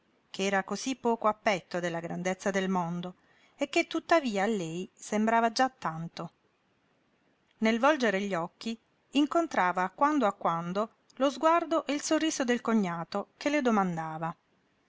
che era cosí poco a petto della grandezza del mondo e che tuttavia a lei sembrava già tanto nel volgere gli occhi incontrava a quando a quando lo sguardo e il sorriso del cognato che le domandava